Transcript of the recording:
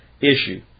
issue